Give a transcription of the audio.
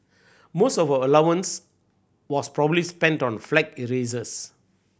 most of allowance was probably spent on flag erasers